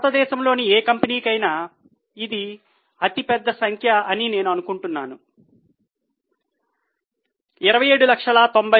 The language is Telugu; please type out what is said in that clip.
భారతదేశంలోని ఏ కంపెనీకైనా ఇది అతిపెద్ద సంఖ్య అని నేను అనుకుంటున్నాను 2790000